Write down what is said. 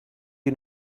you